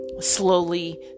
slowly